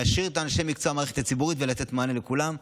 להשאיר את אנשי המקצוע במערכת הציבורית ולתת מענה לכולם,